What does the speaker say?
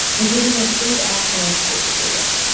including our free ask an expert service.